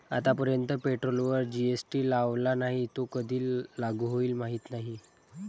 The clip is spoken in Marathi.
आतापर्यंत पेट्रोलवर जी.एस.टी लावला नाही, तो कधी लागू होईल माहीत नाही